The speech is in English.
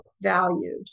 valued